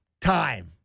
time